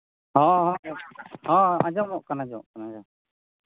ᱦᱚᱸ ᱦᱚᱸ ᱟᱸᱡᱚᱢ ᱠᱟᱱᱟ ᱟᱸᱡᱚᱢᱜ ᱠᱟᱱᱟ